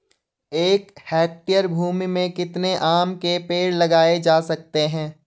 एक हेक्टेयर भूमि में कितने आम के पेड़ लगाए जा सकते हैं?